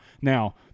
now